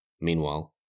Meanwhile